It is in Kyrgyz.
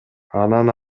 анан